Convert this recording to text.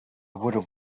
would